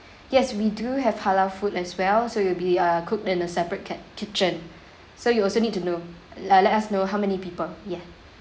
yes we do have halal food as well so it'll be uh cooked in a separate ca~ kitchen so you also need to know la~ let us know how many people ya